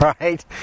right